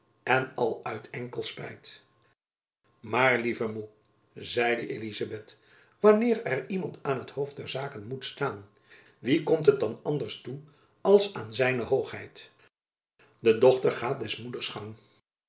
en al uyt enckel spijt maar lieve moei zeide elizabeth wanneer er iemand aan t hoofd der zaken moet staan wien komt het dan anders toe als aan z hoogheid de dochter gaet des moeders gangh